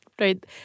Right